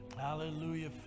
Hallelujah